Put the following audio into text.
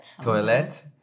toilet